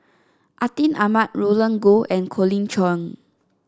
Atin Amat Roland Goh and Colin Cheong